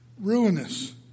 ruinous